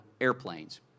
airplanes